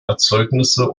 erzeugnisse